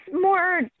more